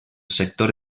sector